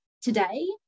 today